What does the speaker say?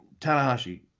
Tanahashi